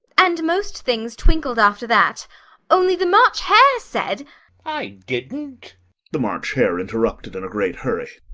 and most things twinkled after that only the march hare said i didn't the march hare interrupted in a great hurry.